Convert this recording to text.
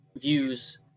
views